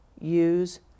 use